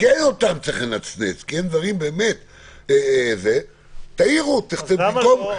ואותם צריך לנצנץ תאירו אותם, תכתבו.